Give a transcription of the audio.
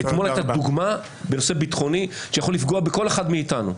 אתמול הייתה דוגמה של נושא ביטחוני שיכול לפגוע בכל אחד מאיתנו.